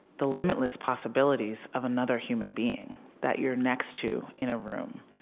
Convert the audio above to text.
the limitless possibilities of another human being that you're next to in a room.